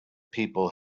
people